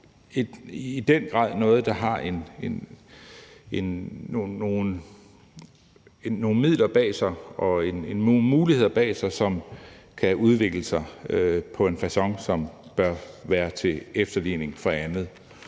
der har nogle midler bag sig og nogle muligheder bag sig, som kan udvikle sig på en facon, som bør være til efterligning for andet.